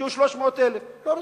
שיהיו 300,000. לא רוצים.